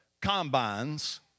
combines